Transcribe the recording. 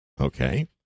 Okay